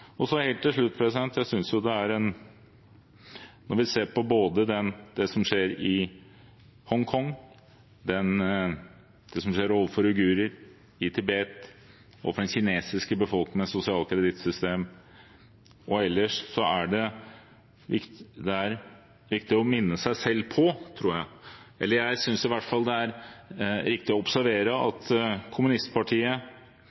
Helt til slutt: Når vi ser på både det som skjer i Hongkong, det som skjer overfor uigurer i Tibet, og overfor den kinesiske befolkningen med sosialt kredittsystem og ellers, synes jeg det er riktig å observere at kommunistpartiet i Sovjetunionen styrte i 74 år. Kommunistpartiet i Kina er nå inne i sitt 72. år. Det er viktig å